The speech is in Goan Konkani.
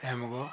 तेमगो